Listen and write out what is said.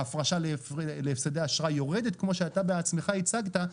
ההפרשה להפסדי אשראי יורדת כמו שאתה בעצמך הצגת,